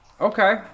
Okay